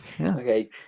Okay